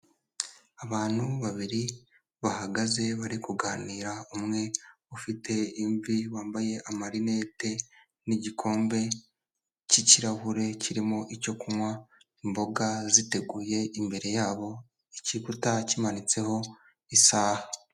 Abantu babiri bahagaze bari kuganira umwe ufite imvi wambaye amarineti n'igikombe cy'ikirahure kirimo icyo kunywa, imboga ziteguye imbere yabo, igikuta kimanitseho isaha.